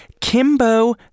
Kimbo